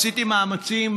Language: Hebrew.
עשיתי מאמצים,